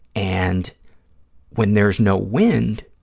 and when there's no wind,